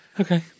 Okay